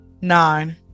Nine